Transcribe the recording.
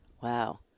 Wow